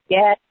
Yes